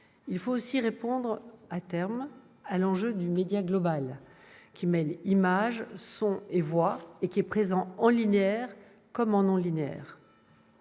Il faudra aussi répondre, à terme, à l'enjeu du média global, qui mêle image, son et voix, et qui est présent en linéaire comme en non-linéaire.